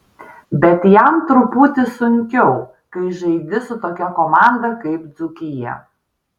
bet jam truputį sunkiau kai žaidi su tokia komanda kaip dzūkija